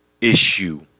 issue